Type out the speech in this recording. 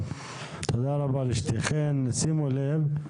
שימו לב,